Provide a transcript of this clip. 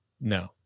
No